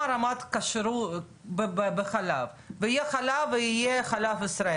רמות כשרות בחלב ויהיה חלב ויהיה חלב ישראל,